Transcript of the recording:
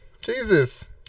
Jesus